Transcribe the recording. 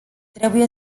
trebuie